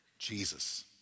Jesus